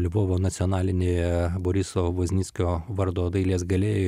lvovo nacionalinėje borisovo voznickio vardo dailės gale